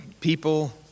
people